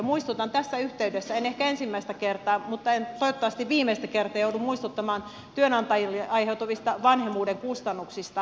muistutan tässä yhteydessä en ehkä ensimmäistä kertaa mutta toivottavasti viimeistä kertaa joudun muistuttamaan työnantajille aiheutuvista vanhemmuuden kustannuksista